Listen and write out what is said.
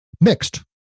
Mixed